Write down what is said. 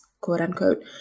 quote-unquote